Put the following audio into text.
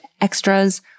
extras